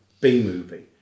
b-movie